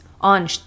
on